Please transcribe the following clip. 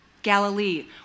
Galilee